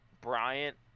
Bryant